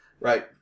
Right